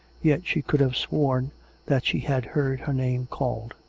yet she could have sworn that she had heard her name called.